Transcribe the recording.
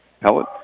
Pellet